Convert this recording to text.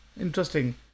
Interesting